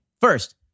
First